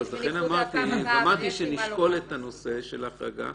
אמרתי שנשקול את הנושא של החרגה.